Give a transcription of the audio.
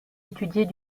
étudiés